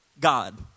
God